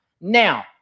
now